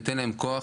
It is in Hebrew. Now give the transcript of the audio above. ניתן להם כוח,